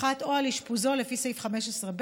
1971, או על אשפוזו לפי סעיף 15(ב)